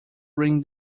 ring